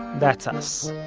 that's us.